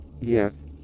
Yes